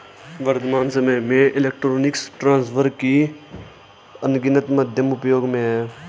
वर्त्तमान सामय में इलेक्ट्रॉनिक ट्रांसफर के अनगिनत माध्यम उपयोग में हैं